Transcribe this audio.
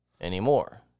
anymore